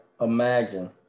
Imagine